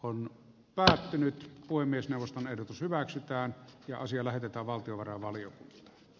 on kai se nyt voi miesjaoston ehdotus hyväksytään ja asia lähetetään valtiovarainvaliokuntaan